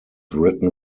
written